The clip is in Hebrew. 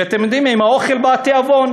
ואתם יודעים, עם האוכל בא התיאבון.